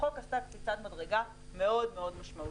החוק עשה קפיצת מדרגה מאוד מאוד משמעותית.